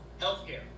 healthcare